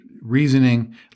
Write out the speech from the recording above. reasoning